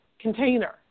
container